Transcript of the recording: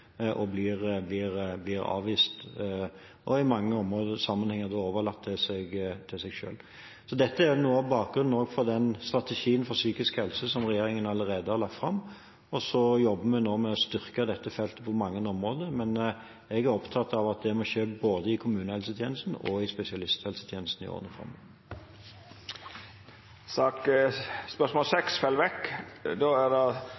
blir avvist og i mange sammenhenger da blir overlatt til seg selv. Dette er noe av bakgrunnen for strategien for psykisk helse som regjeringen allerede har lagt fram. Vi jobber nå med å styrke dette feltet på mange områder, men jeg er opptatt av at det må skje både i kommunehelsetjenesten og i spesialisthelsetjenesten i årene framover. Dette spørsmålet bortfaller da representanten ikke er